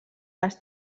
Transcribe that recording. les